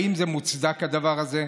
האם מוצדק הדבר הזה?